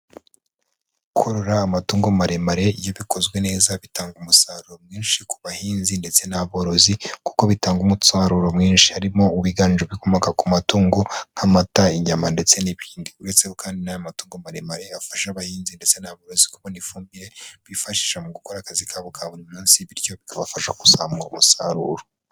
Kurora amatungo maremare iyo bikozwe neza bitanga umusaruro mwinshi ku bahinzi ndetse n'aborozi, kuko bitanga umusaruro mwinshi, harimo uwiganjemo ibikomoka ku matungo, nk'amata, inyama, ndetse n'indi, uretse ko kandi n'aya matungo maremare afasha abahinzi ndetse n'abororezi kubona ifumbire, bifashisha mu gukora akazi kabo ka buri munsi, bityo bikabafasha kuzamura umusaruro.